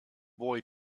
boy